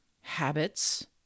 habits